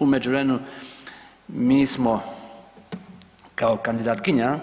U međuvremenu, mi smo kao kandidatkinja